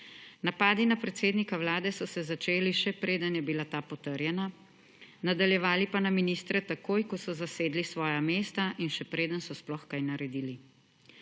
Napadi na predsednika Vlade so se začeli, še preden je bila ta potrjena, nadaljevali pa na ministre takoj, ko so zasedli svoja mesta, in še preden so sploh kaj naredili.